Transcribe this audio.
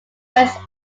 west